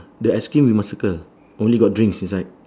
the ice cream you must circle only got drinks inside